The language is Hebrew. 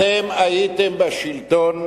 אתם הייתם בשלטון,